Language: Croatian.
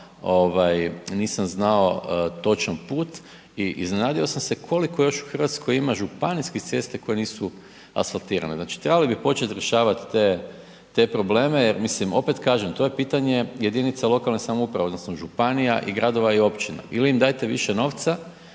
nisam znao točno put i iznenadio sam se koliko još u Hrvatskoj ima županijskih cesta koje nisu asfaltirane. Znači trebali bi početi rješavat te probleme jer mislim, opet kažem, to je pitanje jedinica lokalne samouprave odnosno županija, i gradova i općina,. Ili im dajte više novca